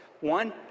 one